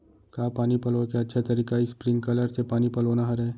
का पानी पलोय के अच्छा तरीका स्प्रिंगकलर से पानी पलोना हरय?